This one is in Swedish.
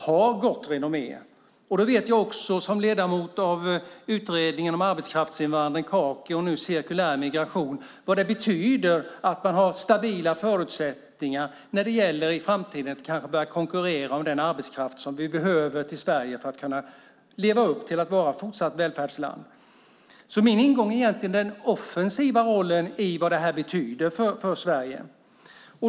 Jag vet också som ledamot i Kommittén för arbetskraftsinvandring, KAKI, och nu Kommittén om cirkulär migration och utveckling vad det betyder att man har stabila förutsättningar när det gäller att i framtiden kanske börja konkurrera om den arbetskraft vi behöver till Sverige för att fortsatt kunna leva upp till att vara ett välfärdsland. Min ingång är egentligen den offensiva rollen i vad det här betyder för Sverige.